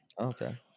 okay